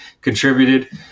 contributed